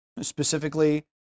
specifically